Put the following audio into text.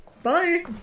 Bye